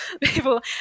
people